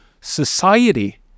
society